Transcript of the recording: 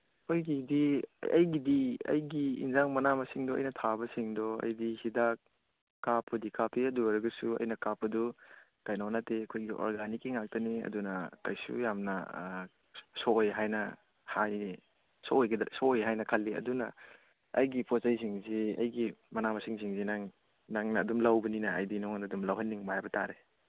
ꯑꯩꯈꯣꯏꯒꯤꯗꯤ ꯑꯩꯒꯤꯗꯤ ꯑꯩꯒꯤ ꯑꯦꯟꯁꯥꯡ ꯃꯅꯥ ꯃꯁꯤꯡꯗꯣ ꯑꯩꯅ ꯊꯥꯕꯁꯤꯡꯗꯨ ꯑꯩꯗꯤ ꯍꯤꯗꯥꯛ ꯀꯥꯞꯄꯨꯗꯤ ꯀꯥꯞꯄꯤ ꯑꯗꯨ ꯑꯣꯏꯔꯒꯁꯨ ꯑꯩꯅ ꯀꯥꯞꯄꯗꯨ ꯀꯩꯅꯣ ꯅꯠꯇꯦ ꯑꯩꯈꯣꯏꯒꯤ ꯑꯣꯔꯒꯥꯅꯤꯛꯀꯤ ꯉꯥꯛꯇꯅꯤ ꯑꯗꯨꯅ ꯀꯩꯁꯨ ꯌꯥꯝꯅ ꯁꯣꯛꯑꯣꯏ ꯍꯥꯏꯅ ꯍꯥꯏꯌꯦ ꯁꯣꯛꯑꯣꯏ ꯍꯥꯏꯅ ꯈꯜꯂꯤ ꯑꯗꯨꯅ ꯑꯩꯒꯤ ꯄꯣꯠ ꯆꯩꯁꯤꯡꯁꯤ ꯑꯩꯒꯤ ꯃꯅꯥ ꯃꯁꯤꯡꯁꯤꯡꯁꯤ ꯅꯪ ꯅꯪꯅ ꯑꯗꯨꯝ ꯂꯧꯕꯅꯤꯅ ꯑꯩꯗꯤ ꯅꯉꯣꯟꯗ ꯑꯗꯨꯝ ꯂꯧꯍꯟꯅꯤꯡꯕ ꯍꯥꯏꯕ ꯇꯥꯔꯦ